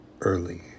early